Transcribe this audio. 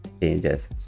changes